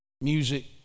music